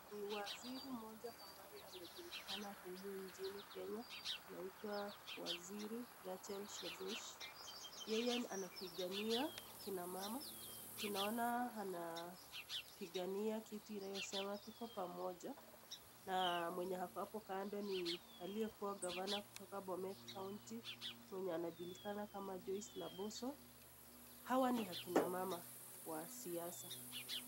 Ni waziri mmoja ambaye anajulikana humu nchini Kenya, anaitwa waziri Rachel Shebesh. Yeye anapigania kina mama. Tunaona anapigania kitu inayosema tuko pamoja. Na mwenye hapo kando ni aliyekuwa gavana kutoka Bomet County mwenye anajulikana kama Joyce Laboso. Hawa ni akina mama wa siasa.